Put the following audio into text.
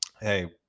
Hey